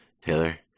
Taylor